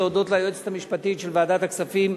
להודות ליועצת המשפטית של ועדת הכספים,